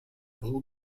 bull